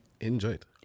enjoyed